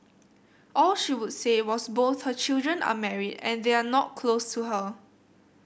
all she would say was both her children are married and they are not close to her